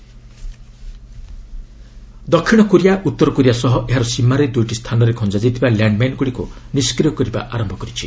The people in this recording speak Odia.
ଏସ୍ କୋରିଆ ମାଇନ୍ ଦକ୍ଷିଣ କୋରିଆ ଉତ୍ତର କୋରିଆ ସହ ଏହାର ସୀମାର ଦୂଇଟି ସ୍ଥାନରେ ଖଞ୍ଜା ଯାଇଥିବା ଲ୍ୟାଣ୍ଡ୍ ମାଇନ୍ଗୁଡ଼ିକୁ ନିଷ୍କିୟ କରିବା ଆରମ୍ଭ କରିଛି